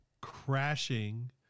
crashing